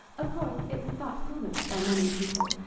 of course, it was thought foolish by many people,